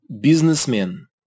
Businessman